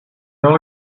only